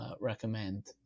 recommend